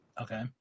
Okay